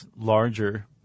larger